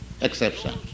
exception